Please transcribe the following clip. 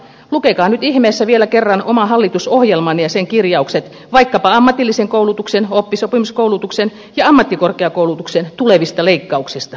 lukekaa nyt ihmeessä vielä kerran oma hallitusohjelmanne ja sen kirjaukset vaikkapa ammatillisen koulutuksen oppisopimuskoulutuksen ja ammattikorkeakoulutuksen tulevista leikkauksista